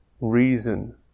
reason